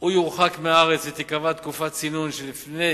הוא יורחק מהארץ ותיקבע תקופת צינון שלפני